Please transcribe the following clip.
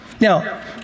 Now